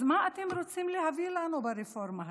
אז מה אתם רוצים להביא לנו ברפורמה הזאת?